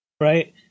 right